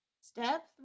Step